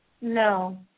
No